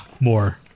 More